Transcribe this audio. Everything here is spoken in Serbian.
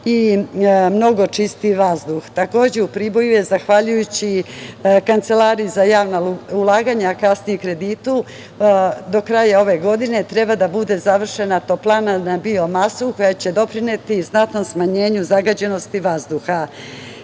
i mnogo čistiji vazduh. Takođe u Priboju, je zahvaljujući Kancelariji za javna ulaganja i kasnije kreditu, do kraja ove godine, treba da bude završena i toplana na biomasu koja će doprineti i znatnom smanjenju zagađenosti vazduha. Dok